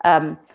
um,